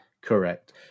correct